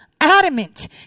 adamant